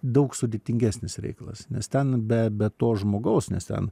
daug sudėtingesnis reikalas nes ten be be to žmogaus nes ten